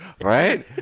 Right